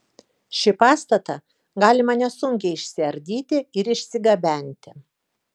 šį pastatą galima nesunkiai išsiardyti ir išsigabenti